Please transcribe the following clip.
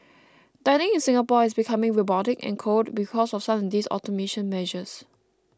dining in Singapore is becoming robotic and cold because of some of these automation measures